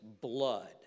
blood